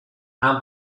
and